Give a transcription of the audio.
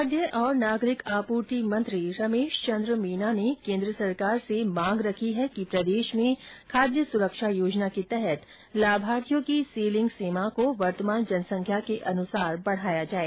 खाद्य और नागरिक आपूर्ति मंत्री रमेश चंद्र मीना ने केंद्र सरकार से मांग रखी है कि प्रदेश में खाद्य सुरक्षा योजना के तहत लाभार्थियों की सीलिंग सीमा को वर्तमान जनसंख्या के अनुसार बढ़ाया जाए